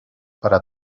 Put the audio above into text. para